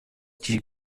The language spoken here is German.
die